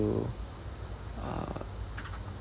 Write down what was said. uh